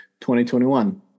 2021